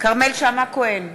כרמל שאמה-הכהן,